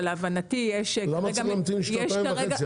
אבל יש כרגע --- למה צריך להמתין שנתיים וחצי?